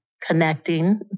connecting